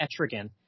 Etrigan